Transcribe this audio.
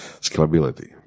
scalability